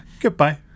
Goodbye